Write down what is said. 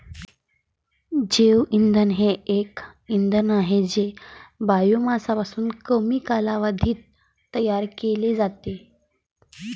जैवइंधन हे एक इंधन आहे जे बायोमासपासून कमी कालावधीत तयार केले जाते